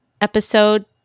episode